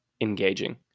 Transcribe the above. engaging